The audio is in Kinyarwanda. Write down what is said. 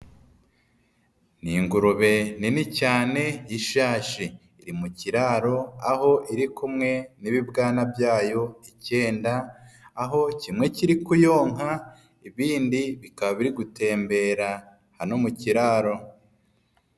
Ni ingurube nini cyane y'ishashi, iri mu kiraro aho iri kumwe n'ibibwana byayo icyenda, aho kimwe kiri kuyonka, ibindi bikaba biri gutembera hano mu kiraro.